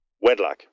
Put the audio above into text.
Wedlock